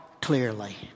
clearly